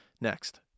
next